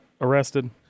arrested